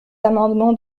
amendement